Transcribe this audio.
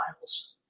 miles